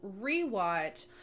rewatch